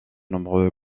nombreux